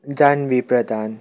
Janvi Pradhan